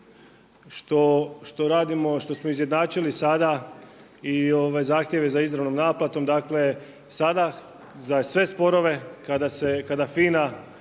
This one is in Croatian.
što radimo što smo izjednačili sada i zahtjeve za izravnom naplatom. Dakle sada za sve sporove kada FINA